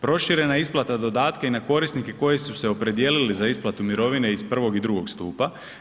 Proširena je isplata dodatka i na korisnike koji su se opredijelili za isplatu mirovine iz prvog i drugog stupa.